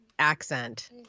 accent